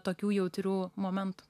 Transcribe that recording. tokių jautrių momentų